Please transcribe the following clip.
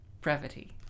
brevity